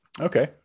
okay